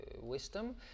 wisdom